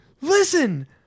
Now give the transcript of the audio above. Listen